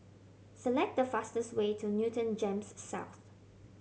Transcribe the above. select the fastest way to Newton GEMS South